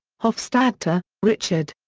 hofstadter, richard.